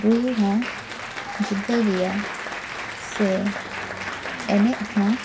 ᱨᱩ ᱦᱚᱸ ᱡᱩᱫᱟᱹ ᱜᱮᱭᱟ ᱥᱮ ᱮᱱᱮᱡ ᱦᱚᱸ